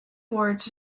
boards